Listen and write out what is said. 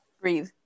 Breathe